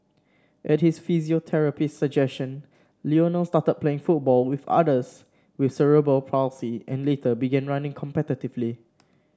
at his physiotherapist's suggestion Lionel started playing football with others with cerebral palsy and later began running competitively